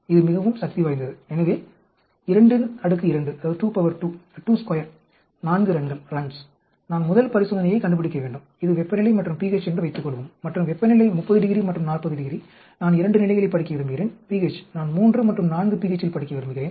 இது மிகவும் சக்தி வாய்ந்தது எனவே 22 4 ரன்கள் நான் முதல் பரிசோதனையை கண்டுபிடிக்க வேண்டும் இது வெப்பநிலை மற்றும் pH என்று வைத்துக்கொள்வோம் மற்றும் வெப்பநிலை 30° மற்றும் 40° நான் 2 நிலைகளைப் படிக்க விரும்புகிறேன் pH நான் 3 மற்றும் 4 pH இல் படிக்க விரும்புகிறேன்